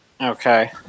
Okay